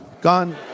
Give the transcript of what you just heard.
Gone